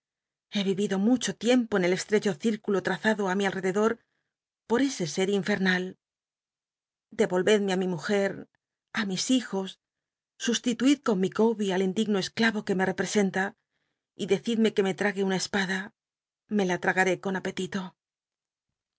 lle ido mucho tiempo en el csltccho cí culo ljazado á mi alrededor por ese se infel'llal de otvedmc á mi mujc á mis hijos sustituid con ifieaybc r al indigno esclavo que me representa y dccidme que me trague una espada me la tragaré con apetito